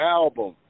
album